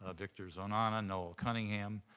ah victor zonana, noel cunningham,